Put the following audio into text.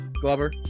Glover